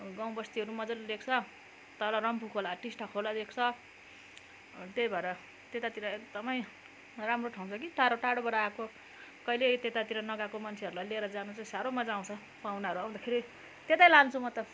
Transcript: गाउँ बस्तीहरू मजाले देख्छ तल रम्फू खोला टिस्टा खोला देख्छ अनि त्यही भएर त्यतातिर एकदमै राम्रो ठाँउ छ कि टाढो टाढोबाट आएको कहिले त्यतातिर नगएको मान्छेहरूलाई लिएर जानु चाहिँ साह्रो मजा आउँछ पाहुनाहरू आउँदाखेरि त्यतै लान्छु म त